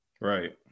Right